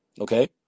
Okay